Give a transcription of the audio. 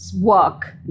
work